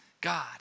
God